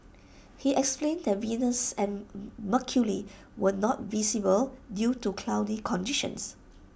he explained that Venus and mercury were not visible due to cloudy conditions